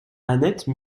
annette